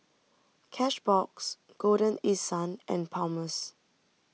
Cashbox Golden East Sun and Palmer's